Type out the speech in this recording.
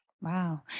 Wow